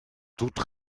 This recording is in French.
toute